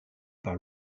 par